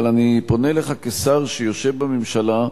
אבל אני פונה אליך כשר שיושב בממשלה: